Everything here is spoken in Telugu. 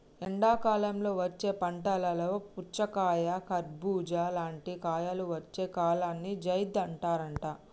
ఎండాకాలంలో వచ్చే పంటలు పుచ్చకాయ కర్బుజా లాంటి కాయలు వచ్చే కాలాన్ని జైద్ అంటారట